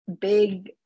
big